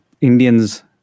Indians